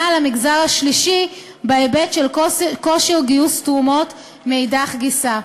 על המגזר השלישי בהיבט של כושר גיוס תרומות מאידך גיסא.